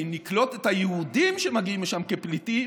ואם נקלוט את היהודים שמגיעים משם כפליטים